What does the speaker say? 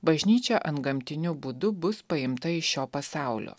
bažnyčia antgamtiniu būdu bus paimta iš šio pasaulio